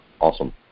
Awesome